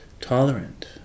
tolerant